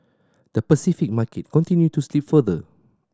the Pacific market continued to slip further